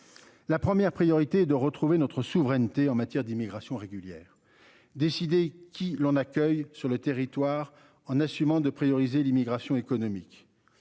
La première priorité est de retrouver notre souveraineté en matière d'immigration régulière décidé il l'on accueille sur le territoire en assumant de prioriser l'immigration économique.